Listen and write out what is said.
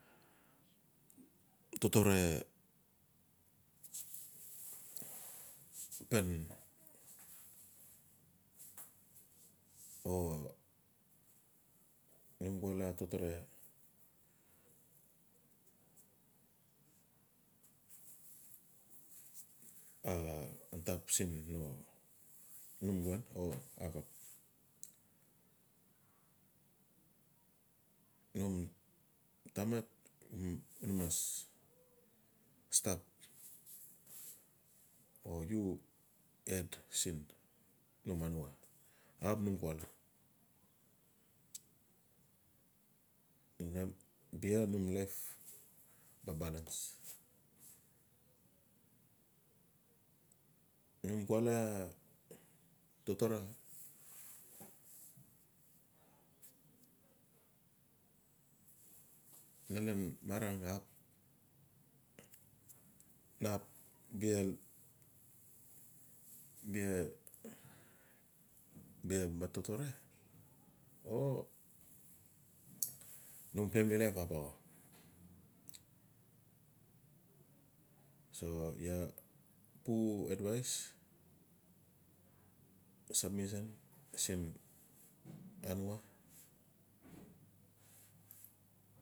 totore pan o num wala a totore antap siin num woun o axap. Num tamat na mas stap o u head siin num anua axap num kwala. Bia num life ba balens num kwala totore malen marang ap nap di ba totore o num family life ap axau, so iaa pu advais submisin siin anua.